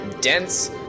dense